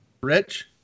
Rich